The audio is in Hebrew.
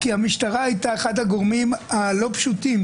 כי המשטרה הייתה אחד הגורמים הלא פשוטים